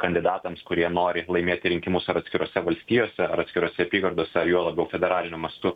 kandidatams kurie nori laimėti rinkimus ar atskirose valstijose ar atskirose apygardose juo labiau federaliniu mastu